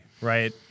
right